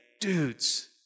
dudes